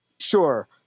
Sure